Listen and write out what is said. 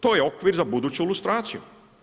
To je okvir za buduću ilustraciju.